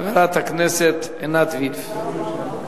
חברת הכנסת עינת וילף.